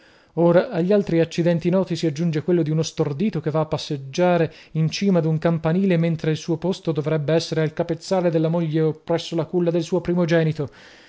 ora agli altri accidenti noti si aggiunge quello di uno stordito che va a passeggiare in cima d'un campanile mentre il suo posto dovrebb'essere al capezzale della moglie o presso la culla del suo primogenito